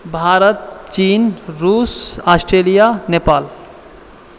भारत चीन रूस ऑस्ट्रेलिया नेपाल